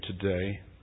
today